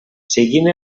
seguint